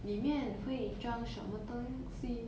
里面会装什么东西